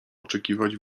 oczekiwać